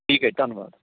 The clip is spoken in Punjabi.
ਠੀਕ ਹੈ ਧੰਨਵਾਦ